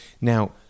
Now